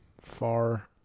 far